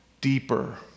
deeper